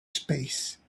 space